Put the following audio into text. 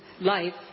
life